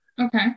okay